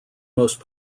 most